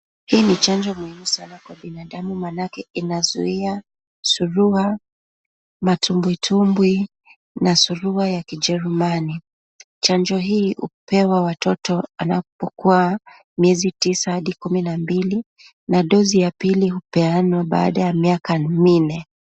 Hii ni chanjo muhimu sanaa kwa binadamu maanake inazuia surua, matumbwi tumbwi na surua ya kijerumani. Chanjo hii hupewa watoto wanapokua miezi tisa hadi kumi na mbili na dozi ya pili hupeanwa baada ya miaka minne.